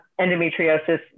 endometriosis